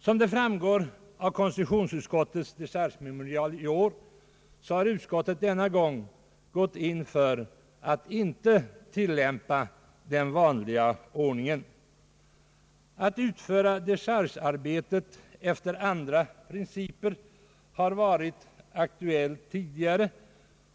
Som framgår av konstitutionsutskottets dechargememorial i år har utskottet denna gång gått in för att inte tilllämpa den vanliga ordningen. Att utföra dechargearbetet efter andra principer har varit aktuellt tidigare.